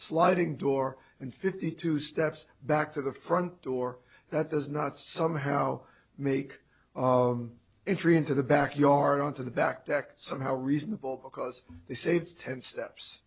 sliding door and fifty two steps back to the front door that does not somehow make it three into the back yard onto the back deck somehow reasonable because they say it's ten steps